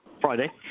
Friday